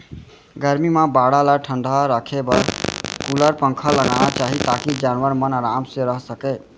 गरमी म बाड़ा ल ठंडा राखे बर कूलर, पंखा लगाना चाही ताकि जानवर मन आराम से रह सकें